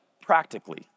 practically